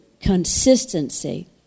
consistency